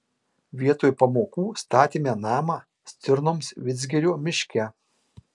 vietoj pamokų statėme namą stirnoms vidzgirio miške